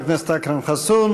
תודה רבה לחבר הכנסת אכרם חסון.